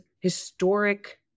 historic